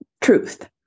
truth